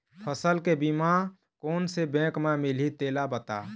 फसल के बीमा कोन से बैंक म मिलही तेला बता?